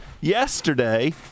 yesterday